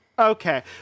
Okay